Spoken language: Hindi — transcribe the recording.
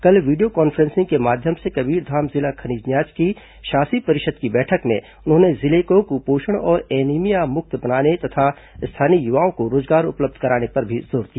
कल वीडियो कॉन्फ्रेंसिंग के माध्यम से कबीरधाम जिला खनिज न्यास की शासी परिषद की बैठक में उन्होंने जिले को कुपोषण और एनीमिया मुक्त बनाने तथा स्थानीय युवाओं को रोजगार उपलब्ध कराने पर भी जोर दिया